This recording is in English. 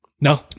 No